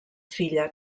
filla